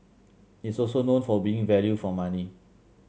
it's also known for being value for money